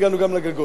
הגענו גם לגגות.